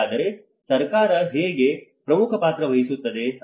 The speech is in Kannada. ಹಾಗಾದರೆ ಸರ್ಕಾರ ಹೇಗೆ ಪ್ರಮುಖ ಪಾತ್ರ ವಹಿಸುತ್ತದೆ